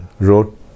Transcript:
wrote